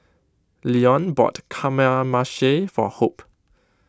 Leone bought Kamameshi for Hope